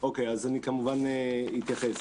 אני כמובן אתייחס.